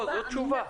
הו-הו, זאת תשובה.